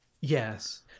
Yes